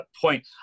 point